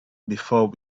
before